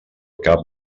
cap